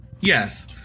Yes